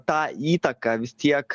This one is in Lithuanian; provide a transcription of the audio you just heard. tą įtaką vis tiek